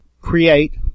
create